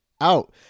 out